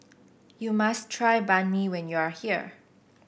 you must try Banh Mi when you are here